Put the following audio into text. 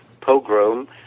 pogrom